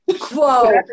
Whoa